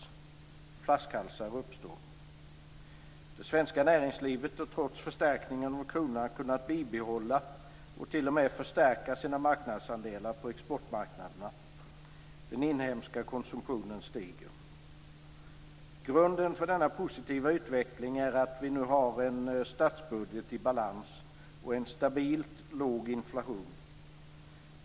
Flaskhalsar uppstår. Det svenska näringslivet har trots förstärkningen av kronan kunnat behålla och t.o.m. förstärka sina marknadsandelar på exportmarknaderna. Den inhemska konsumtionen stiger. Grunden för denna positiva utveckling är att vi nu har en statsbudget i balans och en stabilt låg inflation.